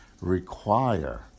require